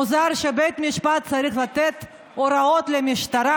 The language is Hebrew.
מוזר שבית המשפט צריך לתת הוראות למשטרה,